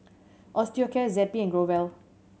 Osteocare Zappy and Growell